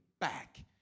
back